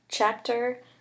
Chapter